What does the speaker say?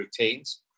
routines